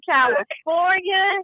California